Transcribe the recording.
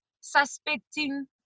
suspecting